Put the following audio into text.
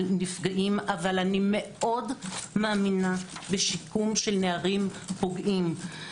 על נפגעים אך אני מאוד מאמינה בשיקום נערים פוגעים.